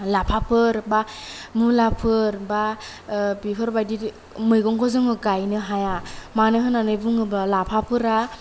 लाफाफोर बा मुलाफोर बा बेफोरबादि मैगंखौ जोङो गायनो हाया मानो होनानै बुङोब्ला लाफाफोरा